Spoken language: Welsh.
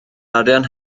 arian